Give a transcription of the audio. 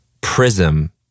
Prism